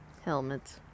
Helmets